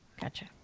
Gotcha